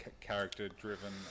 character-driven